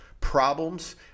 problems